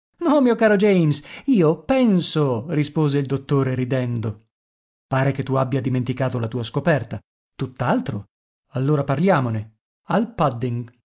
no mio caro james io penso rispose il dottore ridendo pare che tu abbia dimenticato la tua scoperta tutt'altro allora parliamone al pudding